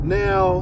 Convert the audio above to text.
now